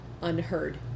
unheard